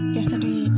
Yesterday